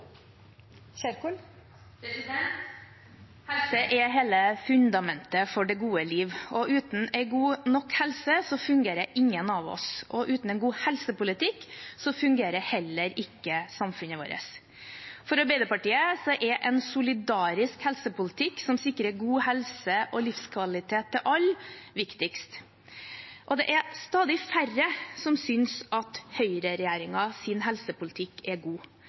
i Helse Sør-Øst. Replikkordskiftet er omme. Helse er hele fundamentet for det gode liv. Uten en god nok helse fungerer ingen av oss. Og uten en god helsepolitikk fungerer heller ikke samfunnet vårt. For Arbeiderpartiet er en solidarisk helsepolitikk som sikrer god helse og livskvalitet til alle, viktigst. Det er stadig færre som synes at høyreregjeringens helsepolitikk er god.